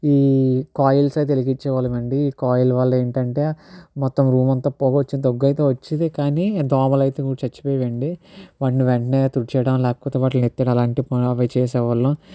ఈ కాయిల్స్ అయితే వెలిగించే వాళ్ళమండి ఈ కాయిల్ వల్ల ఏంటంటే మొత్తం రూమంతా పొగ వచ్చి దగ్గు అయితే వచ్చేది కానీ దోమలు అయితే కూడా చచ్చిపోయేవండి వాటిని వెంటనే తుడిచేయడం లేకపోతే వాటిని ఎత్తి పడేయడం అలాంటి పనులు చేసే వాళ్ళం